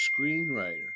screenwriter